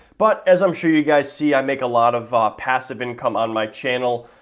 but as i'm sure you guys see i make a lot of passive income on my channel,